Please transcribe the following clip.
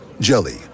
Jelly